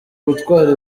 gutwara